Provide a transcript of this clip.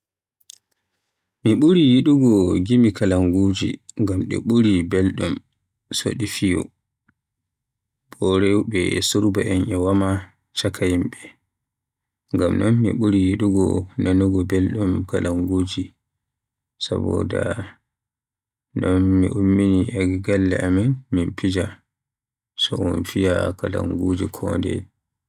Mi ɓuri yiɗugo gimi kalanguji ngam di ɓuri belɗum so e fiyo, bo rewɓe surbaa'en e waama chaaka yimɓe. Ngam non mi ɓuri yidugo nanugo belɗum kalanguji, saboda non min ummidi e galle amin min fija so un fiya kalanguji kondeye.